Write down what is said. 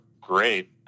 great